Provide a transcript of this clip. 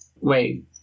Wait